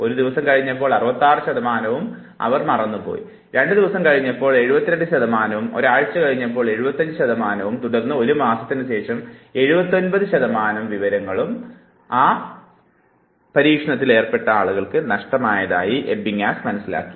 ഒരു ദിവസം കഴിഞ്ഞപ്പോൾ 66 ശതമാനവും 2 ദിവസം കഴിഞ്ഞപ്പോൾ 72 ശതമാനവും ഒരു ആഴ്ച കഴിഞ്ഞപ്പോൾ 75 ശതമാനവുമായി തുടർന്നു ഒരു മാസത്തിനു ശേഷം 79 ശതമാനത്തോളം വിവരങ്ങൾ നമുക്ക് നഷ്ടപ്പെട്ടു